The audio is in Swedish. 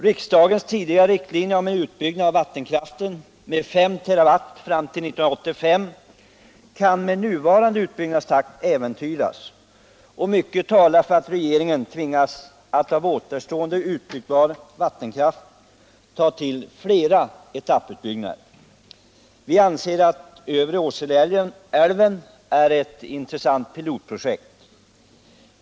Riksdagens tidigare riktlinjer om en utbyggnad av vattenkraften med S TWh fram till 1985 kan med nuvarande utbyggnadstakt äventyras, och mycket talar för att regeringen tvingas att av återstående utbyggbar vattenkraft ta till flera etapputbyggnader. Vi anser att övre Åseleälven är ett intressant pilotprojekt.